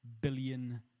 billion